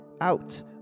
out